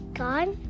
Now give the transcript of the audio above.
gone